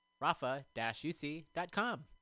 rafa-uc.com